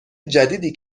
جدیدی